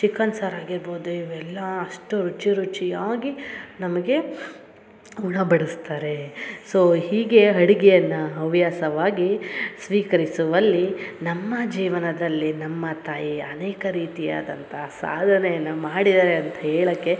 chicken ಸಾರು ಆಗಿರ್ಬೋದು ಇವೆಲ್ಲ ಅಷ್ಟು ರುಚಿ ರುಚಿಯಾಗಿ ನಮಗೆ ಉಣ ಬಡಸ್ತಾರೆ ಸೊ ಹೀಗೆ ಅಡಿಗೆಯನ್ನ ಹವ್ಯಾಸವಾಗಿ ಸ್ವೀಕರಿಸುವಲ್ಲಿ ನಮ್ಮ ಜೀವನದಲ್ಲಿ ನಮ್ಮ ತಾಯಿಯ ಅನೇಕ ರೀತಿಯಾದಂಥ ಸಾಧನೆಯನ್ನ ಮಾಡಿದ್ದಾರೆ ಅಂತ ಹೇಳಕ್ಕೆ